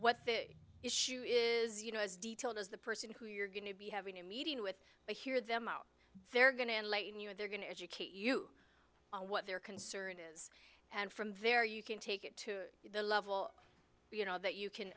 what the issue is you know as detailed as the person who you're going to be having a meeting with to hear them out they're going to enlighten you and they're going to educate you on what their concern is and from there you can take it to the level you know that you can